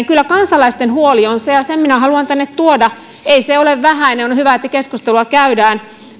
kyllä kansalaisten huoli on se ja sen minä haluan tänne tuoda ei se ole vähäinen ja on hyvä että siitä keskustelua käydään